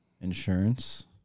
Insurance